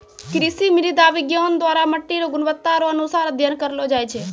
कृषि मृदा विज्ञान द्वरा मट्टी रो गुणवत्ता रो अनुसार अध्ययन करलो जाय छै